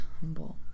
humble